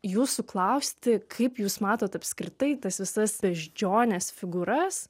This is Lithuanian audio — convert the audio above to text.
jūsų klausti kaip jūs matot apskritai tas visas beždžiones figūras